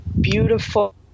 beautiful